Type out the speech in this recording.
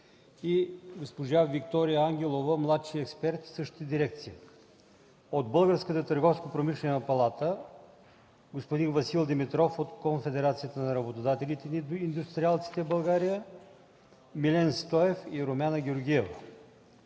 и госпожа Виктория Ангелова – младши експерт в същата дирекция; от Българската търговско-промишлена палата: господин Васил Тодоров; от Конфедерацията на работодателите и индустриалците в България: Милен Стоев и Румяна Георгиева.